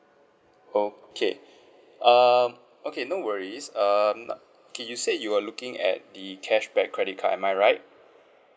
okay um okay no worries um okay you say you were looking at the cashback credit card am I right